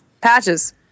Patches